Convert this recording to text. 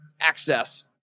access